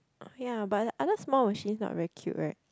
oh ya but the other small machines not very cute right